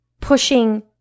pushing